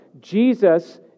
Jesus